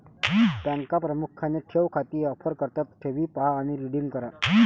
बँका प्रामुख्याने ठेव खाती ऑफर करतात ठेवी पहा आणि रिडीम करा